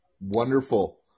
Wonderful